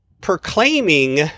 proclaiming